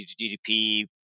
GDP